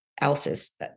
else's